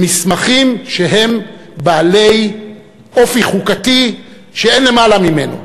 במסמכים שהם בעלי אופי חוקתי שאין למעלה ממנו.